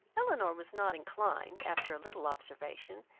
elinor was not inclined, after a little observation,